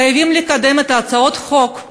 חייבים לקדם את הצעות החוק.